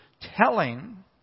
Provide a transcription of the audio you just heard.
telling